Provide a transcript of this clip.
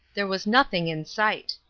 there was nothing in sight.